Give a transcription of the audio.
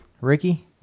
Ricky